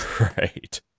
Right